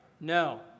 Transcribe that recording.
No